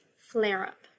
flare-up